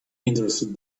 interested